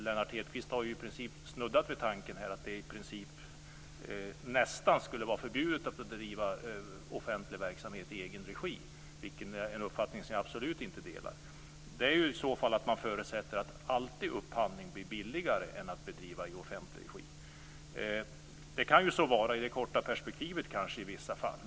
Lennart Hedquist har här snuddat vid tanken att det i princip skulle vara nästan förbjudet att bedriva offentlig verksamhet i egen regi, vilket är en uppfattning som jag absolut inte delar. Det förutsätter i så fall att upphandling alltid blir billigare om den inte bedrivs i offentlig regi. Det kan ju så vara i det korta perspektivet i vissa fall.